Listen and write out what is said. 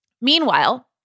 Meanwhile